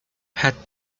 het